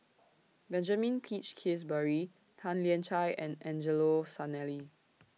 Benjamin Peach Keasberry Tan Lian Chye and Angelo Sanelli